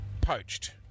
Poached